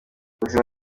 ubuzima